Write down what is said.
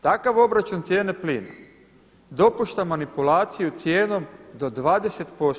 Takav obračun cijene plina dopušta manipulaciju cijenom do 20%